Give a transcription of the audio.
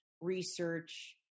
research